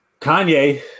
Kanye